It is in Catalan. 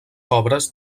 obres